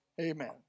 amen